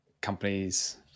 companies